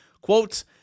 Quote